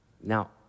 Now